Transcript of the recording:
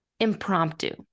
impromptu